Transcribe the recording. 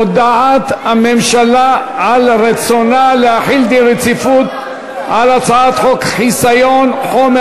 הודעת הממשלה על רצונה להחיל דין רציפות על הצעת חוק חסיון חומר